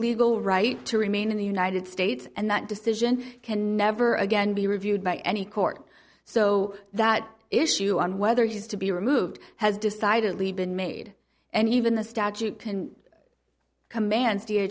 legal right to remain in the united states and that decision can never again be reviewed by any court so that issue on whether he is to be removed has decidedly been made and even the statute can command